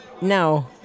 No